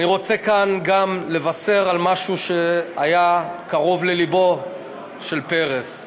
אני רוצה כאן גם לבשר על משהו שהיה קרוב ללבו של פרס.